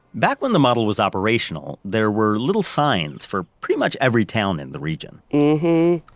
back when the model was operational, there were little signs for pretty much every town in the region